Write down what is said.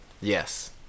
Yes